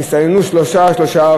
שלושה,